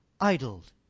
idled